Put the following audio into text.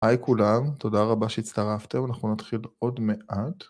היי כולם, תודה רבה שהצטרפתם, אנחנו נתחיל עוד מעט.